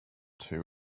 too